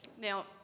Now